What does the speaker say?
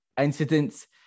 incidents